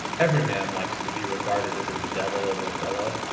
every man likes to be regarded as a devil of a fellow,